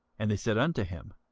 and they said unto him,